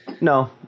No